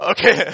Okay